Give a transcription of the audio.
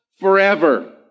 forever